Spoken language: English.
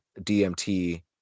dmt